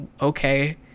okay